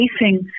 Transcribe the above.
facing